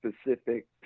specific